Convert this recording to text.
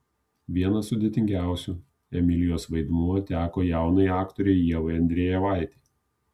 vienas sudėtingiausių emilijos vaidmuo teko jaunai aktorei ievai andrejevaitei